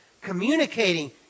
communicating